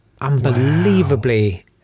unbelievably